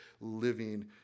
living